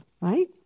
right